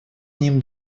ним